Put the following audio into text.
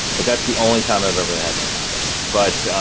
but that's the only time i've ever to have that happen. but